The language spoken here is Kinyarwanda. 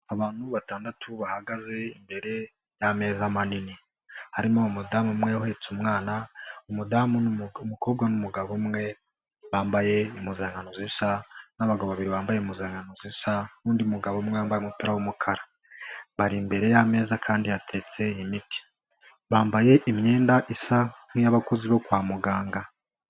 Abantu batandatu bahagaze imbere y'ameza manini. Harimo umudamu umwe uhetse umwana, umudamu, umukobwa n'umugabo umwe bambaye impuzankano zisa n'abagabo babiri bambaye impuzankano zisa n'undi mugabo umwe wambaye umupira w'umukara. Bari imbere y'ameza kandi hateretse imiti. Bambaye imyenda isa nk'iy'abakozi bo kwa muganga.